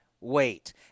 wait